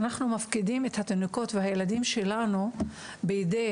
אנחנו מפקידים את התינוקות והילדים שלנו בידי